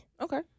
Okay